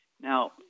Now